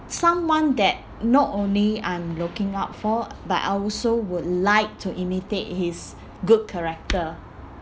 someone that not only I'm looking up for but I also would like to imitate his good character